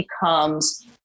becomes